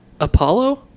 Apollo